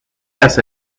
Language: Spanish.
hace